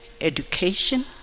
education